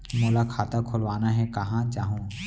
मोला खाता खोलवाना हे, कहाँ जाहूँ?